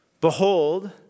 Behold